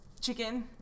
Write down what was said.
chicken